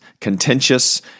Contentious